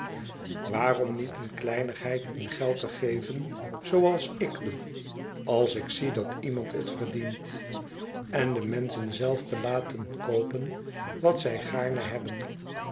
waarom niet een kleinigheid in geld te geven zooals ik doe als ik zie dat iemand het verdient en de menschen zelf te laten koopen wat zij gaarne hebben